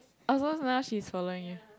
oh so now she's following you